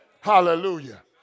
Hallelujah